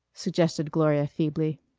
suggested gloria feebly.